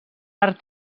arc